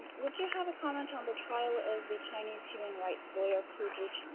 would you have a comment on the trial of the chinese human rights lawyer pu